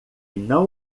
não